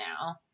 now